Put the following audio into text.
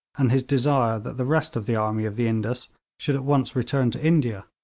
and his desire that the rest of the army of the indus should at once return to india.